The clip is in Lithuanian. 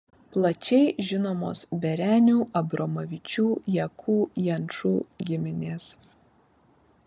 plačiai žinomos berenių abromavičių jakų jančų giminės